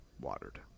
watered